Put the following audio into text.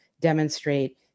Demonstrate